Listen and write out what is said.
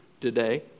today